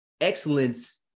excellence